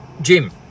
Jim